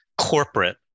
corporate